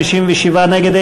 57 נגד,